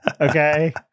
Okay